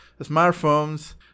smartphones